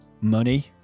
money